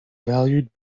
valued